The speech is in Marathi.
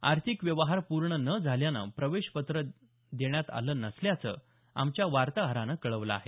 आर्थिक व्यवहार पूर्ण न झाल्यानं प्रवेश पत्र देण्यात आलं नसल्याचं आमच्या वार्ताहरानं कळवलं आहे